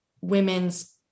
women's